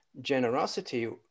generosity